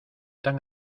tan